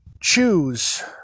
choose